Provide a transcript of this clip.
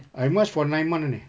I march for nine month only